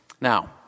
Now